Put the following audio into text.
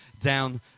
down